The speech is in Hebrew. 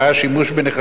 שימוש בנכסים,